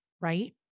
Right